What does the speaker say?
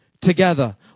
Together